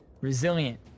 resilient